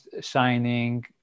shining